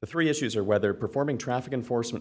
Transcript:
the three issues are whether performing traffic enforcement